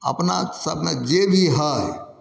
अपनासभमे जे भी हइ